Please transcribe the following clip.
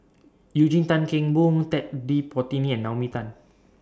Eugene Tan Kheng Boon Ted De Ponti and Naomi Tan